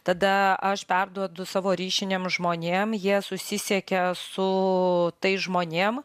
tada aš perduodu savo ryšiniam žmonėm jie susisiekia su tais žmonėm